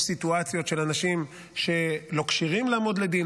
יש סיטואציות של אנשים שלא כשירים לעמוד לדין,